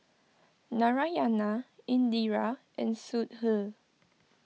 Narayana Indira and Sudhir